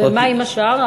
ומה עם השאר?